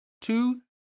two